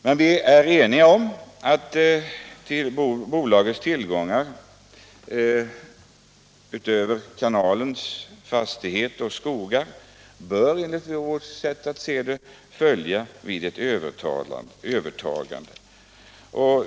Men vi är eniga om att bolagets tillgångar, utöver kanalens fastigheter och skogar, bör följa med vid ett övertagande.